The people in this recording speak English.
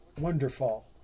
wonderful